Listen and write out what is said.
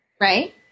Right